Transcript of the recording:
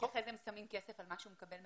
אחר כך הם שמים יד על מה שהוא מקבל בשחרור.